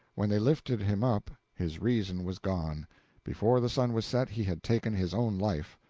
when they lifted him up his reason was gone before the sun was set, he had taken his own life.